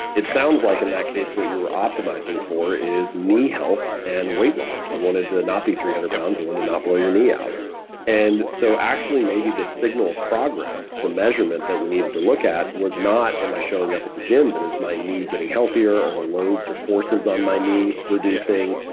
it sounds like in that case what you're optimizing for is knee health and weight loss. you want to to not be three hundred pounds. you want to not blow your knee out and so actually, maybe the signal of progress, the measurement that we needed to look at was not, am i showing at the gym? but, is my knee getting healthier or the loads or forces on knee reducing?